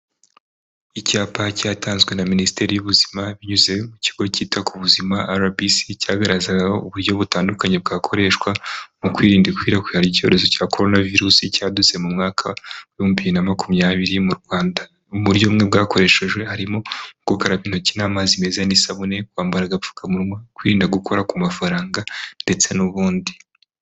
Icyapa cyatanzwe na minisiteri y'ubuzima binyuze mu kigo cyita ku buzima RBC cyagaragazagaho uburyo butandukanye bwakoreshwa mu kwirinda ikwirakwira icyorezo cya Corona virus cyadutse mu mwaka w’ibihumbi bibiri na makumyabiri mu Rwanda mu buryo bumwe bwakoreshejwe harimo mu gukaraba intoki n'amazi meza n'isabune kwambara agapfukamunwa kwirinda gukora ku mafaranga ndetse n'ubundi.